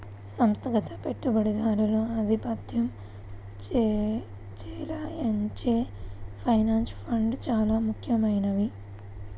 సంస్థాగత పెట్టుబడిదారులు ఆధిపత్యం చెలాయించే పెన్షన్ ఫండ్స్ చాలా ముఖ్యమైనవి